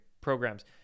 programs